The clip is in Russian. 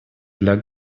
для